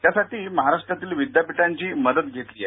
यासाठी महाराष्ट्रातील विद्यापीठांची मदत घेतली आहे